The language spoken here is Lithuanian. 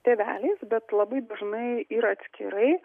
tėveliais bet labai dažnai yra atskirai